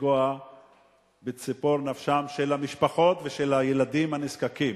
לפגוע בציפור נפשם של המשפחות ושל הילדים הנזקקים,